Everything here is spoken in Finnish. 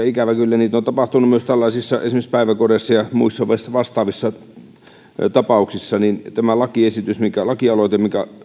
ikävä kyllä niitä on tapahtunut myös esimerkiksi päiväkodeissa ja muissa muissa vastaavissa paikoissa tämä lakialoite minkä